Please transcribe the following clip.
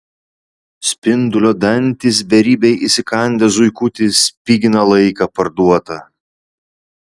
spindulio dantys beribiai įsikandę zuikutį spigina laiką parduotą